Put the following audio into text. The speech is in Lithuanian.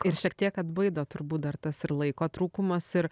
ir šiek tiek atbaido turbūt dar tas ir laiko trūkumas ir